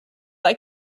like